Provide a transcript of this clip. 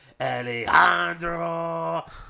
alejandro